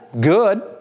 good